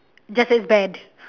just as bad